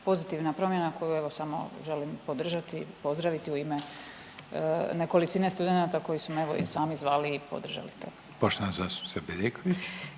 pozitivna promjena koju želim podržati i pozdraviti u ime nekolicine studenata koji su me i sami zvali i podržali to. **Reiner, Željko